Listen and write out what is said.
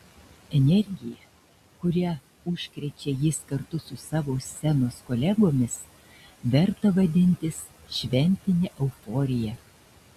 energija kuria užkrečia jis kartu su savo scenos kolegomis verta vadintis šventine euforija